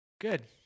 Good